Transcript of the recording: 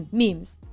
memes.